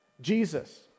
Jesus